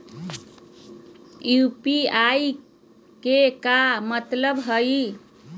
UPI के का मतलब हई?